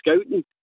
scouting